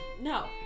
No